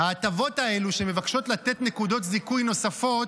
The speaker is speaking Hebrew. ההטבות האלה, שמבקשות לתת נקודות זיכוי נוספות,